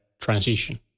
transition